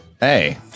Hey